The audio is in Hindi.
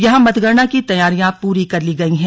यहां मतगणना की तैयारी पूरी कर ली गई है